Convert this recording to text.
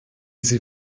sie